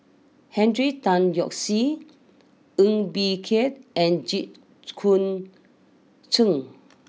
Henry Tan Yoke see Ng Bee Kia and Jit Koon Ch'ng